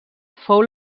fou